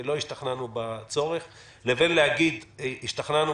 שלא השתכנענו בצורך לבין להגיד שהשתכנענו